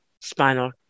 spinal